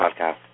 podcast